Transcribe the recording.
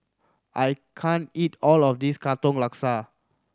I can't eat all of this Katong Laksa